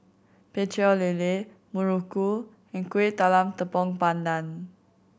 Pecel Lele muruku and Kuih Talam Tepong Pandan